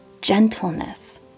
gentleness